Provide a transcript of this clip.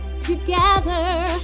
together